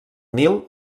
nil